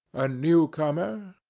a new comer?